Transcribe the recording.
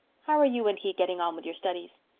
how are you and he getting on with your studies?